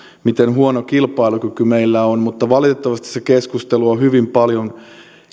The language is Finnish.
miten huono kilpailukyky meillä on mutta valitettavasti se keskustelu on hyvin paljon